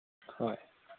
ꯍꯣꯏ